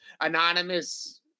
anonymous